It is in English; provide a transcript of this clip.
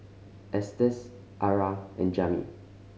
Estes Arah and Jami